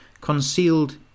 concealed